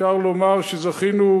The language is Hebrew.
אפשר לומר שזכינו,